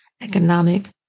economic